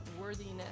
worthiness